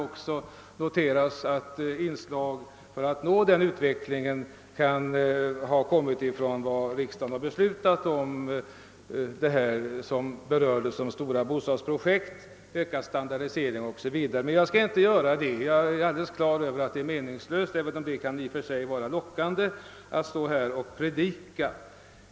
Det kan noteras att inslag för att nå den utvecklingen kan ha tillkommit på grund av vad riksdagen beslutat beträffande stora bostadsprojekt, ökad standardisering o.s.v. Men jag skall inte göra detta. Jag har klart för mig att det är meningslöst även om det i och för sig kan vara lockande att stå här och predika.